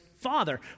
father